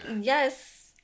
yes